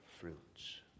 fruits